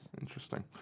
Interesting